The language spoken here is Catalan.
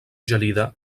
gelida